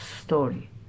story